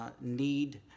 need